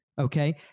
okay